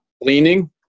leaning